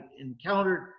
encountered